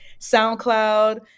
SoundCloud